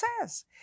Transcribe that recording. says